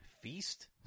feast